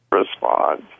respond